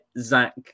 Zach